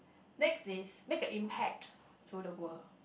next is make an impact to the world